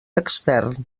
extern